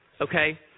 Okay